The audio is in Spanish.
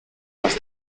más